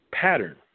pattern